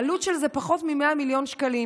העלות של זה היא פחות מ-100 מיליון שקלים.